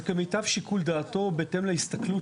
זה כמיטב שיקול דעתו בהתאם להסתכלות